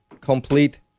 Complete